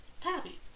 tabby